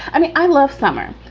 i mean, i love summer.